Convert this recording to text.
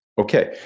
Okay